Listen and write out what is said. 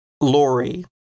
Lori